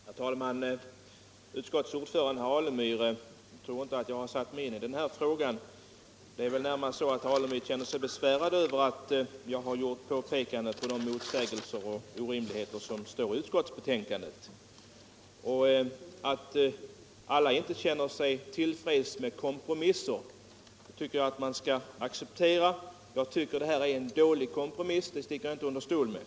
Herr talman! Utskottets ordförande herr Alemyr tror inte att jag har satt mig in i den här frågan om lärarutbildningen. Det är väl närmast så att herr Alemyr känner sig besvärad över att jag har gjort påpekanden om de motsägelser och orimligheter som finns i utskottsbetänkandet. Jag tycker att man skall acceptera att alla inte känner sig till freds med kompromisser. Jag anser att det här är en dålig kompromiss — det sticker jag inte under stol med.